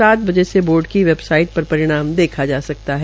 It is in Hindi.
सात बजे से बोर्ड की वेबाइसाइट पर परिणाम देखा जा सकता है